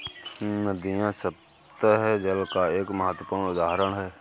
नदियां सत्तह जल का एक महत्वपूर्ण उदाहरण है